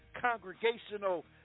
congregational